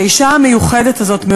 האישה המיוחדת הזאת,